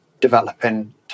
developing